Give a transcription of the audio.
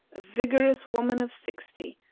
a vigorous woman of sixty,